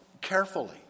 carefully